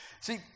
See